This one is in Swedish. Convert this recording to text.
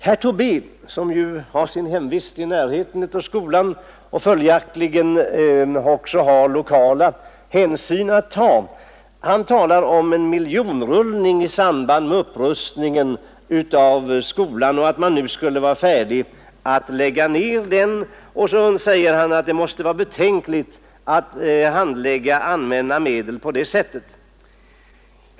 Herr Tobé, som ju har sin hemvist i närheten av skolan och följaktligen också har lokala hänsyn att ta, talar om en miljonrullning i samband med upprustningen av skolan och att man nu skulle vara färdig att lägga ned den. Han anser det betänkligt att handha allmänna medel på detta sätt.